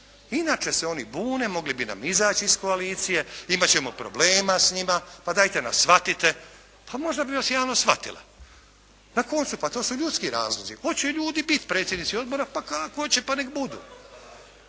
Inače se oni bune, mogli bi nam izaći iz koalicije, imati ćemo problema s njima, pa dajte nas shvatite, pa možda bi vas javnost shvatila. Na koncu pa to su ljudski razlozi, hoće ljudi biti predsjednici odbora pa kako će, pa nek budu,